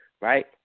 right